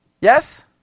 Yes